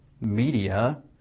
media